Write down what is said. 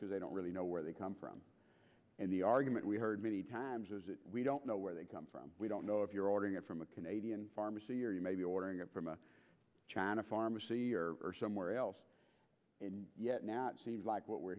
because they don't really know where they come from and the argument we heard many times as we don't know where they come from we don't know if you're ordering it from a canadian pharmacy or you may be ordering it from a china pharmacy or somewhere else and yet now it seems like what we're